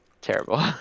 terrible